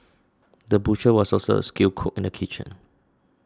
the butcher was also a skilled cook in the kitchen